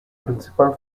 principal